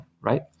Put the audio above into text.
right